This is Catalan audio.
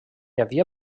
havia